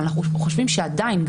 אבל אנחנו חושבים שעדיין,